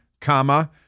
comma